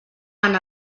han